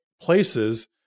places